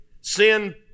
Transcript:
sin